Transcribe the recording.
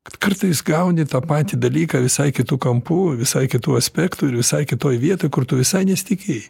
kad kartais gauni tą patį dalyką visai kitu kampu visai kitu aspektu ir visai kitoj vietoj kur tu visai nesitikėjai